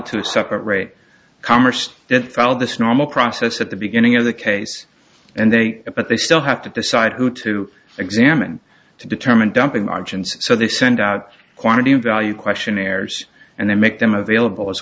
to separate commerce that fell this normal process at the beginning of the case and they but they still have to decide who to examine to determine dumping margins so they send out quantity of value questionnaires and then make them available as